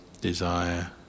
desire